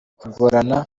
kugorana